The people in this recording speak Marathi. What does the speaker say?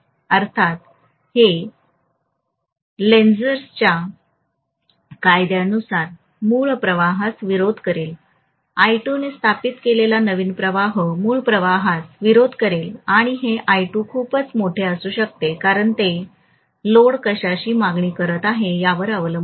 अर्थात हे लेन्झच्या कायद्यानुसार मूळ प्रवाहास विरोध करेल आय 2 ने स्थापित केलेला नवीन प्रवाह मूळ प्रवाहास विरोध करेल आणि हे आय 2 खूपच मोठे असू शकते कारण ते लोड कशाची मागणी करीत आहे यावर अवलंबून आहे